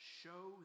show